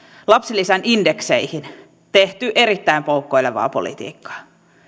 lapsilisän indekseissä tehty erittäin poukkoilevaa politiikkaa